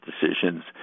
decisions